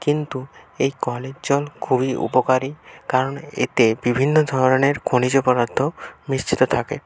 কিন্তু এই কলের জল খুবই উপকারি কারণ এতে বিভিন্ন ধরনের খনিজ পদার্থ মিশ্রিত থাকে